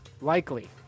Likely